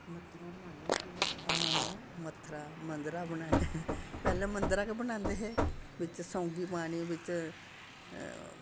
हां मत्थरा मंद्दरा बनान्ने पैह्ले मंद्दरा गै बनांदे हे बिच्च सौंगी पानी बिच्च